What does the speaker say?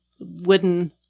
wooden